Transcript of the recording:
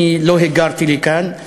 אני לא היגרתי לכאן.